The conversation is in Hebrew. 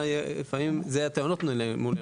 לפעמים אלה הטענות מולנו,